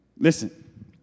Listen